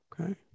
Okay